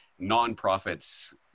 nonprofits